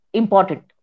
important